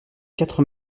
quatre